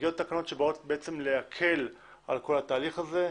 מגיעות תקנות שבאות להקל על כל התהליך הזה,